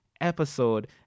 episode